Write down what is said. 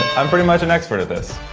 i'm pretty much an expert at this.